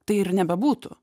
tai ir nebebūtų